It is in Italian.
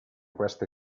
queste